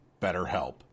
BetterHelp